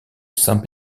saint